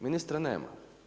Ministra nema.